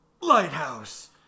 Lighthouse